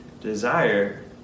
desire